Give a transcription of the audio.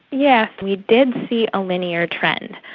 yeah we did see a linear trend.